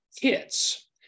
kits